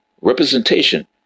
representation